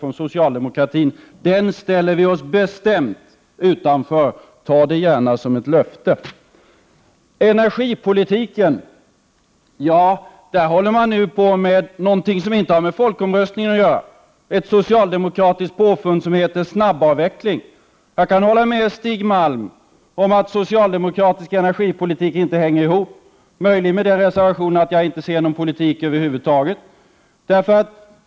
Den politiken ställer vi oss bestämt utanför. Ta det gärna som ett löfte! Beträffande energipolitiken håller man nu på med någonting som inte har med folkomröstningen att göra, ett socialdemokratiskt påfund som heter snabbavveckling. Jag kan hålla med Stig Malm om att socialdemokratisk energipolitik inte hänger ihop — möjligen med den reservationen att jag inte ser någon politik över huvud taget.